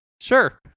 Sure